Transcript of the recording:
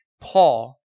Paul